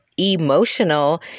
emotional